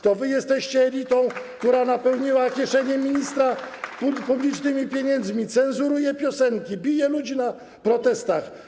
To wy jesteście elitą, która napełniła kieszenie ministra publicznymi pieniędzmi, cenzuruje piosenki, bije ludzi na protestach.